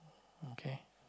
okay